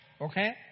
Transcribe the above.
Okay